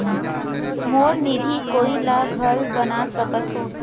मोर निधि कोई ला घल बना सकत हो?